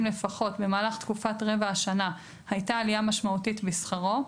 לפחות במהלך תקופת רבע השנה הייתה עלייה משמעותית בשכרו,